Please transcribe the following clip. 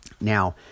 Now